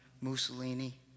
Mussolini